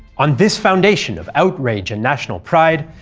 on this foundation of outrage and national pride,